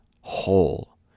whole